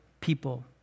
people